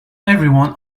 everyone